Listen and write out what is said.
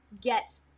get